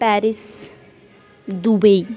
Paris Dubai